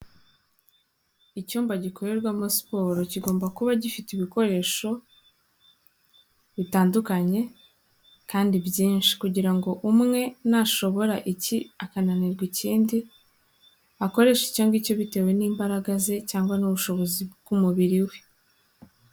Icyumba gikorerwamo siporo kigomba kuba gifite ibikoresho bitandukanye kandi byinshi kugira ngo umwe nashobora iki akananirwa ikindi, akoreshe icyo ngicyo bitewe n'imbaraga ze cyangwa n'ubushobozi bw'umubiri we.